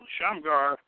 Shamgar